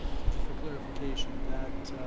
so just for clarification, that